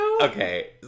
okay